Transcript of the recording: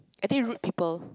I think rude people